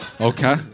Okay